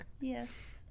Yes